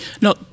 No